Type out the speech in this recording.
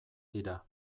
dira